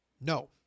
No